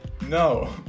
No